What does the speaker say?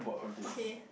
okay